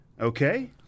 Okay